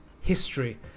history